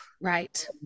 Right